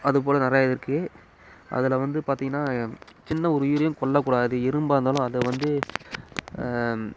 அதுபோல நிறையா இருக்கு அதில் வந்து பார்த்திங்கன்னா சின்ன ஒரு உயிரையும் கொல்லக்கூடாது எறும்பா இருந்தாலும் அதை வந்து